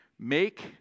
Make